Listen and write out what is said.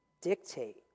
dictate